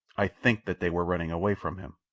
i think that they were running away from him.